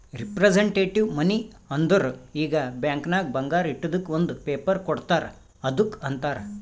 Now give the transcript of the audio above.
representative money ಅಂದುರ್ ಈಗ bank ನಾಗ್ ಬಂಗಾರ ಇಟ್ಟಿದುಕ್ ಒಂದ್ ಪೇಪರ್ ಕೋಡ್ತಾರ್ ಅದ್ದುಕ್ ಅಂತಾರ್